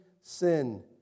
sin